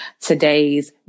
today's